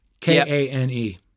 K-A-N-E